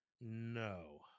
no